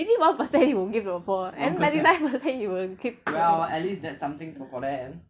maybe one percent you will give to the poor and then ninety nine percent you will keep to yourself